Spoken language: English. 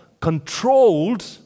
controlled